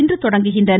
இன்று தொடங்குகின்றன